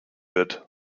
wird